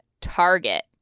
Target